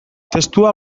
testua